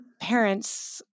parents